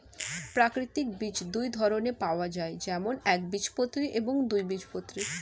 প্রাকৃতিক বীজ দুই ধরনের পাওয়া যায়, যেমন একবীজপত্রী এবং দুই বীজপত্রী